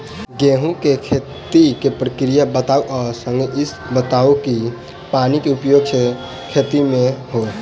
गेंहूँ केँ खेती केँ प्रक्रिया समझाउ आ संगे ईहो बताउ की पानि केँ की उपयोग छै गेंहूँ केँ खेती में?